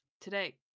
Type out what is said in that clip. Today